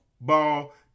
Ball